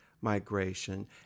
migration